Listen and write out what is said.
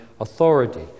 authority